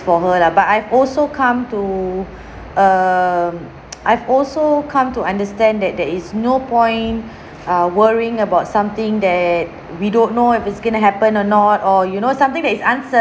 for her lah but I've also come to um I've also come to understand that there is no point err worrying about something that we don't know if it's going to happen or not or you know something that is uncertain